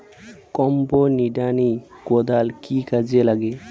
Combo নিড়ানি কোদাল কি কাজে লাগে?